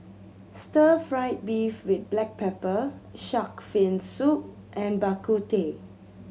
stir fried beef with black pepper shark fin soup and Bak Kut Teh